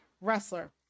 wrestler